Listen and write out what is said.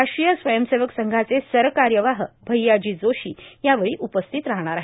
राष्ट्रीय स्वयंसेवक संघाचे सरकार्यवाह भय्याजी जोशी यावेळी उपस्थित राहणार आहेत